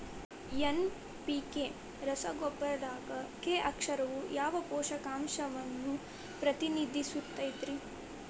NPK ರಸಗೊಬ್ಬರದಾಗ K ಅಕ್ಷರವು ಯಾವ ಪೋಷಕಾಂಶವನ್ನ ಪ್ರತಿನಿಧಿಸುತೈತ್ರಿ?